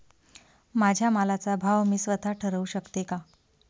माझ्या मालाचा भाव मी स्वत: ठरवू शकते का?